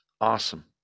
Awesome